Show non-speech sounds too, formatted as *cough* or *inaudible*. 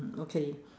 *noise* okay